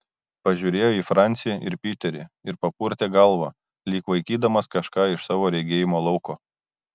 pažiūrėjo į francį ir piterį ir papurtė galvą lyg vaikydamas kažką iš savo regėjimo lauko